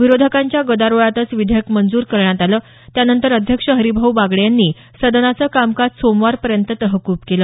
विरोधकांच्या गदारोळातच विधेयक मंजूर करण्यात आलं त्यानंतर अध्यक्ष हरिभाऊ बागडे यांनी सदनाचं कामकाज सोमवारपर्यंत तहकूब केलं